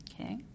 Okay